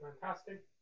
fantastic